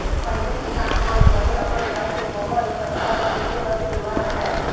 पहिली किसान मन बने अपन घर के गोबर अउ कचरा ल फेके बर घुरूवा रखय